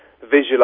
visualize